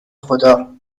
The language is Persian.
خدا